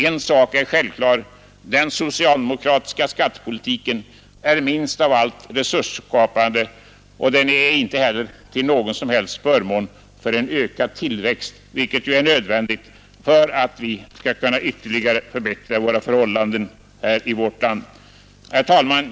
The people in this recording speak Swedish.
En sak är självklar: Den socialdemokratiska skattepolitiken är minst av allt resursskapande, och den är inte heller till någon som helst förmån för en ökad tillväxt, som är nödvändig för att vi skall kunna förbättra förhållandena i vårt land. Herr talman!